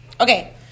Okay